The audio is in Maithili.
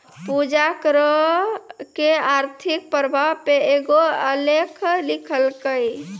पूजा करो के आर्थिक प्रभाव पे एगो आलेख लिखलकै